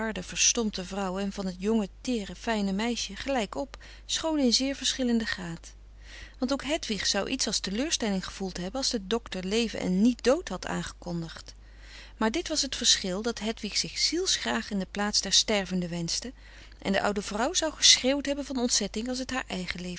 verstompte vrouw en van het jonge teere fijne meisje gelijk op schoon in zeer verschillenden graad want ook hedwig zou iets als teleurstelling gevoeld hebben als de docter leven en niet dood had aangekondigd maar dit was t verschil dat hedwig zich zielsgraag in de plaats der stervende wenschte en de oude vrouw zou geschreeuwd hebben van ontzetting als het haar eigen